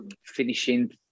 finishing